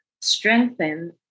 strengthen